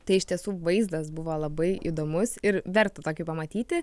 tai iš tiesų vaizdas buvo labai įdomus ir verta tokį pamatyti